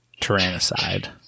tyrannicide